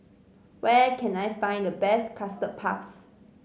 where can I find the best Custard Puff